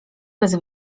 bez